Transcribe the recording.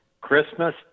Christmas